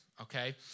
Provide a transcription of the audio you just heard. Okay